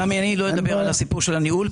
סמי, אני לא אדבר על הסיפור של הניהול.